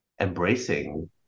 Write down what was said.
embracing